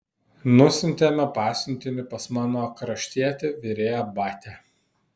nusiuntėme pasiuntinį pas mano kraštietį virėją batią